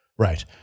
Right